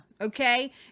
okay